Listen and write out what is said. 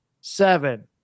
seven